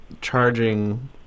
charging